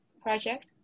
project